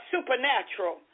supernatural